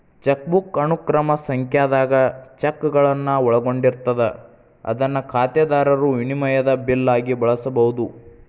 chequebook ಅನುಕ್ರಮ ಸಂಖ್ಯಾದಾಗ ಚೆಕ್ಗಳನ್ನ ಒಳಗೊಂಡಿರ್ತದ ಅದನ್ನ ಖಾತೆದಾರರು ವಿನಿಮಯದ ಬಿಲ್ ಆಗಿ ಬಳಸಬಹುದು